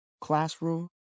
classroom